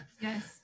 Yes